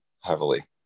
heavily